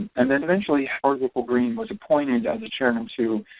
and then eventually howard whipple green was appointed as a chairman to